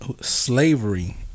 slavery